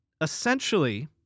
Essentially